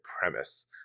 premise